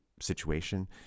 situation